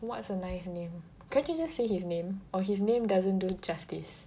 what's a nice name can't you just say his name or his name doesn't do justice